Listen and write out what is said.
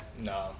No